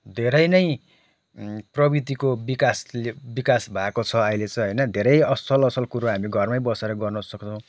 धेरै नै प्रविधिको विकासले विकास भएको छ अहिले चाहिँ होइन धेरै असल असल कुरो हामी घरमै बसेर गर्न सक्छौँ